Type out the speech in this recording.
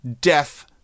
death